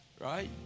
Right